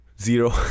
Zero